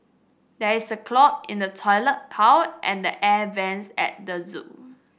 there is a clog in the toilet pipe and the air vent at the zoo